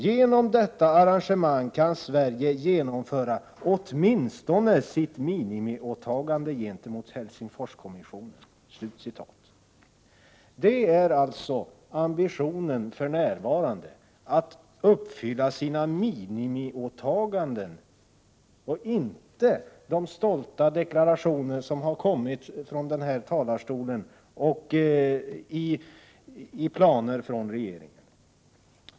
Genom detta arrangemang kan Sverige genomföra åtminstone sitt minimiåtagande gentemot Helsingforskommissionen.” Ambitionen för närvarande är alltså att uppfylla sina minimiåtaganden och inte de stolta deklarationer som har kommit från denna talarstol och i planer från regeringen.